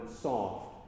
soft